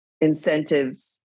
incentives